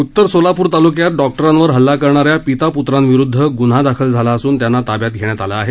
उत्तर सोलापूर तालुक्यात डॉक्टरांवर हल्ला करणाऱ्या पिता प्रांविरुद्ध गुन्हा दाखल असून त्यांना ताब्यात घेण्यात आलं आहे